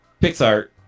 Pixar